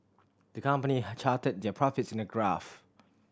the company charted their profits in a graph